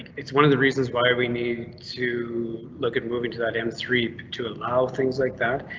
it's one of the reasons why we need to look at moving to that m three to allow things like that.